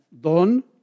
Don